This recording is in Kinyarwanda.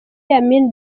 amin